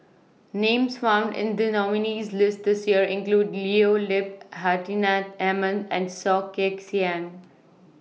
Names found in The nominees' list This Year include Leo Yip Hartinah Ahmad and Soh Kay Siang